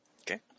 Okay